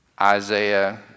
Isaiah